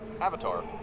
Avatar